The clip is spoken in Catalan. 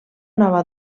nova